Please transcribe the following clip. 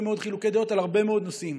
מאוד חילוקי דעות על הרבה מאוד נושאים,